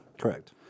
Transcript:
Correct